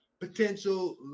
potential